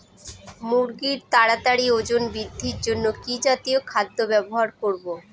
মুরগীর তাড়াতাড়ি ওজন বৃদ্ধির জন্য কি জাতীয় খাদ্য ব্যবহার করব?